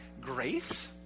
grace